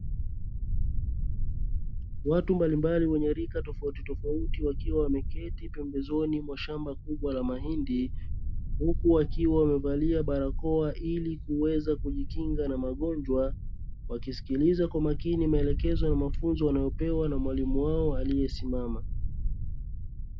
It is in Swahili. Watu mbalimbali wenye rika tofauti tofauti wakiwa wameketi pembezoni mwa shamba kubwa la mahindi, huku wakiwa wamevalia barakoa ili kuweza kujikinga na magonjwa, wakisikiliza kwa makini maelekezo ya mafunzo yanayopewa na mwalimu wao aliyesimama.